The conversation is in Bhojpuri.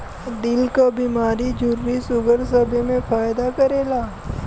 दिल क बीमारी झुर्री सूगर सबे मे फायदा करेला